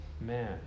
man